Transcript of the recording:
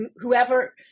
whoever